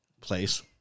place